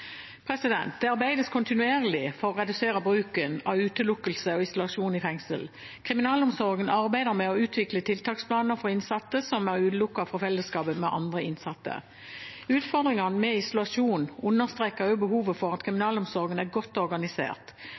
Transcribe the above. Det arbeides kontinuerlig for å redusere bruken av utelukkelse og isolasjon i fengsel. Kriminalomsorgen arbeider med å utvikle tiltaksplaner for innsatte som er utelukket fra fellesskap med andre innsatte. Utfordringene med isolasjon understreker også behovet for at kriminalomsorgen er godt organisert.